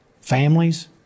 Families